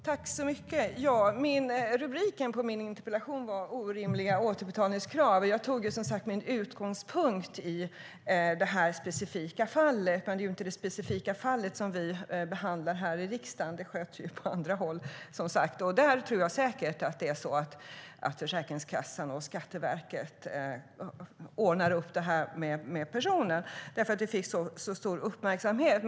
Herr talman! Rubriken på min interpellation var Orimliga återbetalningskrav . Jag tog min utgångspunkt i ett specifikt fall, men det är inte det specifika fallet vi behandlar i riksdagen. Det sköts på annat håll. Jag tror säkert att Försäkringskassan och Skatteverket ordnar upp det med just den personen eftersom det fått stor uppmärksamhet i medierna.